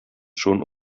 schon